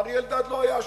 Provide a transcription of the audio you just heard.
אריה אלדד לא היה שם.